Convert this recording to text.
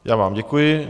Já vám děkuji.